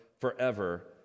forever